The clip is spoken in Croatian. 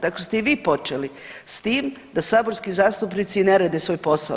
Tako ste i vi počeli s tim, da saborski zastupnici ne rade svoj posao.